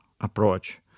approach